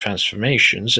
transformations